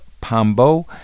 Pombo